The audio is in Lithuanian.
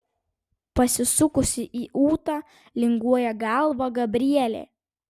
pasisukusi į ūtą linguoja galvą gabrielė